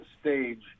stage